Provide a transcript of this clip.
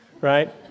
Right